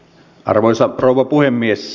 arvoisa rouva puhemies